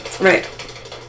Right